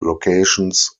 locations